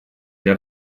для